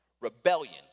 rebellion